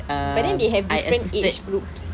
but then they have different age groups